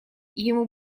ему